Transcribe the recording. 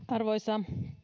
arvoisa